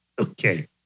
Okay